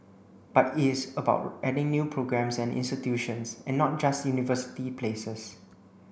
but it is about adding new programmes and institutions and not just university places